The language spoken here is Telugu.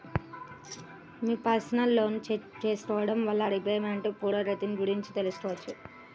మీ పర్సనల్ లోన్ని చెక్ చేసుకోడం వల్ల రీపేమెంట్ పురోగతిని గురించి తెలుసుకోవచ్చు